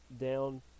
down